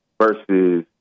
versus